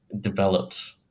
developed